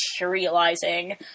materializing